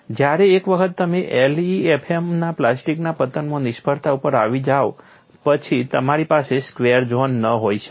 જ્યારે એક વખત તમે LEFM અને પ્લાસ્ટિકના પતનમાં નિષ્ફળતા ઉપર આવી જાવ પછી તમારી પાસે સ્ક્વેર ઝોન ન હોઈ શકે